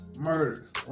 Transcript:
murders